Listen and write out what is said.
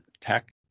tech